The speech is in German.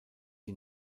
die